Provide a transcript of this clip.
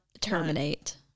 terminate